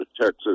Texas